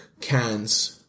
cans